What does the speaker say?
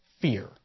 fear